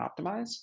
optimize